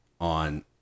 on